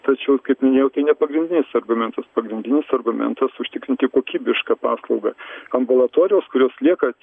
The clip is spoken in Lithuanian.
tačiau kaip minėjau tai nepagrindinis argumentas pagrindinis argumentus užtikrinti kokybišką paslaugą ambulatorijos kurios lieka